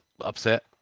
upset